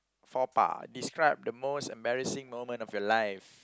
faux pas describe the most embarrassing moment of your life